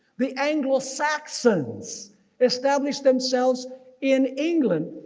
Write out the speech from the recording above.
the anglo-saxons established themselves in england.